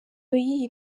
y’iyi